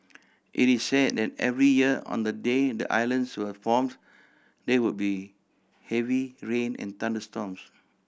it is say that every year on the day the islands were formed there would be heavy rain and thunderstorms